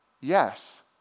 yes